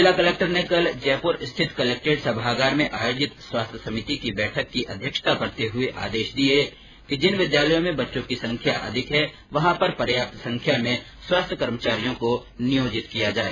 जिला कलेक्टर ने कल जयपुर स्थित कलेक्ट्रेट सभागार में आयोजित स्वास्थ्य समिति की बैठक की अध्यक्षता करते हए आदेश दिये कि जिन विद्यालयों में बच्चों की संख्या की अधिक है वहां पर पर्याप्त संख्या में स्वास्थ्य कर्मचारियों को नियोजित किया जाए